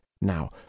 now